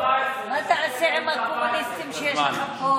מה תעשה עם הקומוניסטים שיש לך פה?